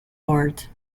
board